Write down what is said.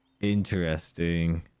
Interesting